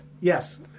Yes